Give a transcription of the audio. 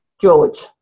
George